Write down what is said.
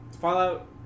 Fallout